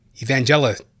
Evangelist